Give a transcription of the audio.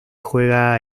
juega